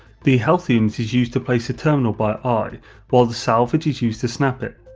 the health unit is used to place the terminal by eye while the salvage is used to snap it.